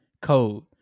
code